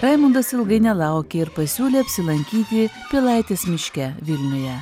raimundas ilgai nelaukė ir pasiūlė apsilankyti pilaitės miške vilniuje